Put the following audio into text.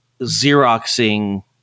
Xeroxing